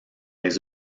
les